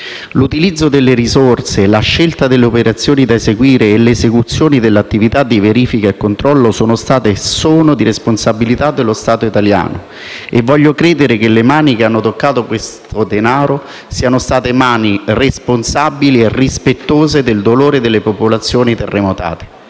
L'utilizzo delle risorse, la scelta delle operazioni da eseguire e l'esecuzione delle attività di verifica e controllo sono state e sono di responsabilità dello Stato italiano, e voglio credere che le mani che hanno toccato questo denaro siano state mani responsabili e rispettose del dolore delle popolazioni terremotate.